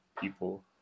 people